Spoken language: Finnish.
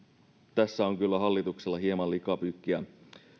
tässä on hallituksella hieman likapyykkiä